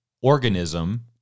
organism